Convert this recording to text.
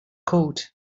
coat